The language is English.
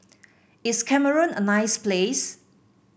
is Cameroon a nice place